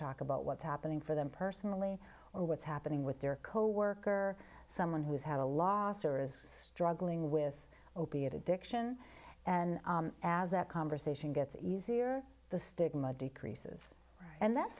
talk about what's happening for them personally or what's happening with their coworker someone who's had a loss or is struggling with opiate addiction and as that conversation gets easier the stigma decreases and that